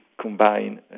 combine